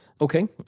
Okay